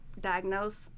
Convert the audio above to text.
diagnose